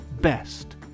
best